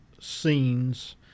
scenes